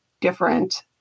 different